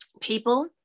people